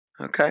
Okay